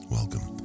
Welcome